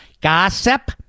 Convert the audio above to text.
gossip